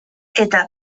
eta